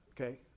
Okay